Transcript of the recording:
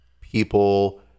people